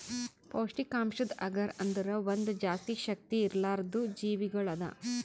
ಪೌಷ್ಠಿಕಾಂಶದ್ ಅಗರ್ ಅಂದುರ್ ಒಂದ್ ಜಾಸ್ತಿ ಶಕ್ತಿ ಇರ್ಲಾರ್ದು ಜೀವಿಗೊಳ್ ಅದಾ